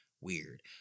Weird